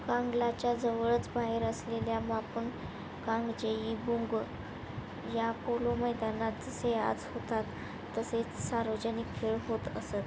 कांगलाच्या जवळच बाहेर असलेल्या मापन कांगजेई बुंग या पोलो मैदनात जसे आज होतात तसेच सार्वजनिक खेळ होत असत